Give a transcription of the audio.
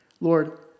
Lord